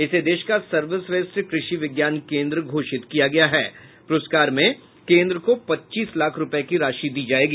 इसे देश का सर्वश्रेष्ठ कृषि विज्ञान केन्द्र घोषित किया गया है पुरस्कार में केन्द्र को पच्चीस लाख रूपये की राशि मिलेगी